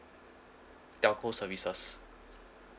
telco services